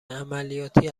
عملیاتی